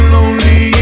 Lonely